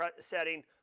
setting